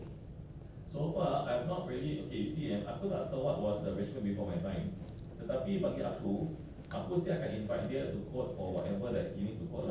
ah the apa tu works that they have done for the F_C_U ah and then ah ya correct correct